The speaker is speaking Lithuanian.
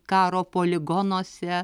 karo poligonuose